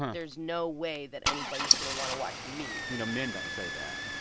there's no way that anybody is going to want to watch me you know, men don't say that.